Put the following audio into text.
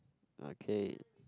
okay